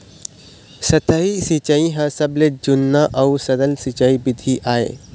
सतही सिंचई ह सबले जुन्ना अउ सरल सिंचई बिधि आय